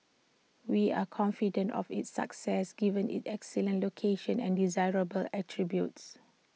we are confident of its success given its excellent location and desirable attributes